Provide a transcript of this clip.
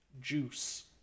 juice